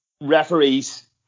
referees